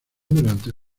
durante